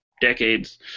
decades